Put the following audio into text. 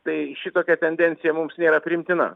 tai šitokia tendencija mums nėra priimtina